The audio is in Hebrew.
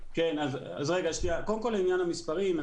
קודם כל לעניין המספרים,